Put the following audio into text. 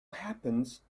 happens